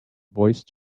voice